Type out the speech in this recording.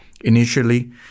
Initially